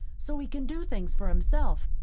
so he can do things for himself.